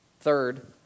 Third